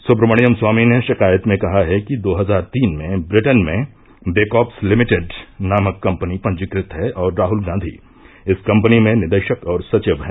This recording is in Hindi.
सुब्रमण्यम स्वामी ने शिकायत में कहा है कि दो हजार तीन में ब्रिटेन में बेकॉप्स लिमिटेड नामक कंपनी पंजीकृत है और राहुल गांधी इस कंपनी में निदेशक और सचिव हैं